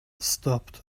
stopped